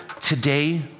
today